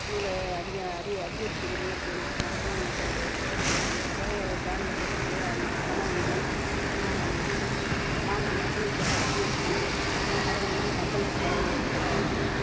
குழுவில் அதிக அதி அதிகரித்து கொண்டே இருக்கிற மாதம் மாதம் ஒரு தொகையை பேங்க்கில் போட்டுவிட்டு அந்த பணம் வந்து மா மாதம் மாதம் தொகை அதிகரித்து கொண்டே அதை வந்து மக்களுக்கு பய உதவி